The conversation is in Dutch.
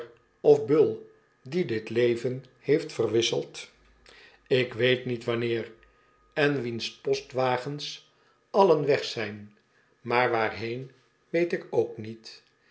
of buil die dit leven heeft verwisseld een reiziger die geen handel drijft ik weet niet wanneer en wiens postwagens allen weg zijn maar waarheen weet ik ook niet